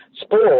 sport